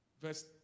Verse